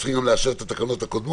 צריך לאשר את התקנות הקודמות